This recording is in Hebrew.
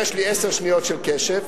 יש לך עשר שניות של קשב.